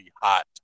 hot